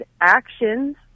actions